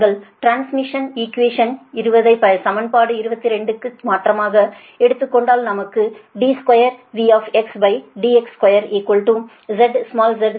நீங்கள் differential equation 20 ஐ சமன்பாடு 22 க்கு மாற்றாக எடுத்துக்கொண்டால் நமக்கு d2V dx2 z small z dI dxகிடைக்கும்